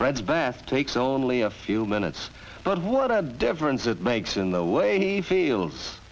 threads best takes only a few minutes but what a difference it makes in the way he feels